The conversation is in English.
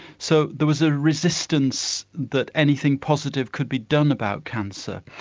so there was a resistance that anything positive could be done about cancer.